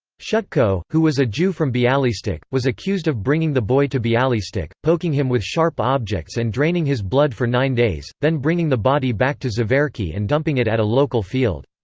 shutko, who was a jew from bialystok, was accused of bringing the boy to bialystok, poking him with sharp objects and draining his blood for nine days, then bringing the body back to zverki and dumping it at a local field.